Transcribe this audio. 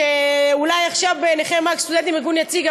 אולי עכשיו בעיניכם סטודנטים זה ארגון יציג,